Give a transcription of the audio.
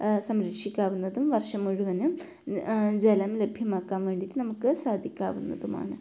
സംരക്ഷിക്കാവുന്നതും വർഷം മുഴുവനും ജലം ലഭ്യമാക്കാൻ വേണ്ടിയിട്ട് നമുക്ക് സാധിക്കാവുന്നതുമാണ്